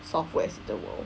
softwares in the world